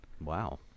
Wow